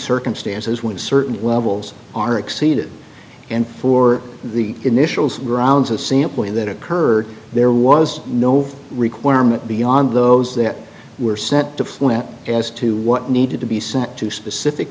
circumstances when certain levels are exceeded and for the initials rounds of sampling that occurred there was no requirement beyond those that were set to flat as to what needed to be sent to specific